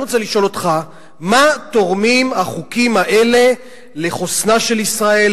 אני רוצה לשאול אותך מה תורמים החוקים האלה לחוסנה של ישראל,